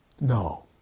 No